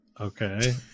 Okay